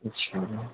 अच्छा